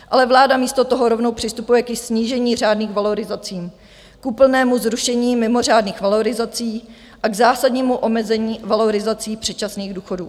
Ale vláda místo toho rovnou přistupuje ke snížení řádných valorizací, k úplnému zrušení mimořádných valorizací a k zásadnímu omezení valorizací předčasných důchodů.